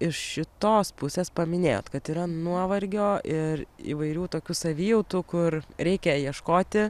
iš šitos pusės paminėjot kad yra nuovargio ir įvairių tokių savijautų kur reikia ieškoti